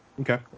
Okay